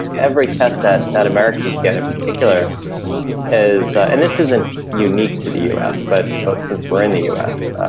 every test that that americans get in particular is and this isn't unique to the us. but but since we're in the us,